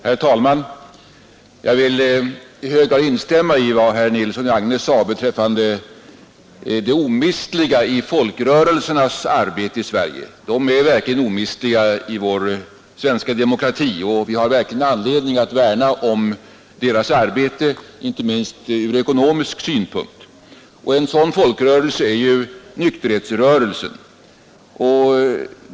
Herr talman! Jag vill i hög grad instämma i vad herr Nilsson i Agnäs sade beträffande det omistliga i folkrörelsernas arbete i Sverige. De är omistliga i vår demokrati och vi har verkligen anledning att värna om deras arbete, inte minst från ekonomisk synpunkt. En sådan folkrörelse är nykterhetsrörelsen.